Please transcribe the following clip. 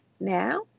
now